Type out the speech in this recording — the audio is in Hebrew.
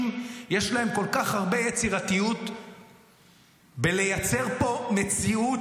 יש כל כך הרבה יצירתיות בלייצר פה מציאות,